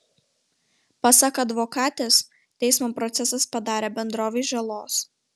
pasak advokatės teismo procesas padarė bendrovei žalos